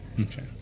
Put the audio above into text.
Okay